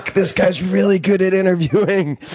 this guy's really good at interviewing.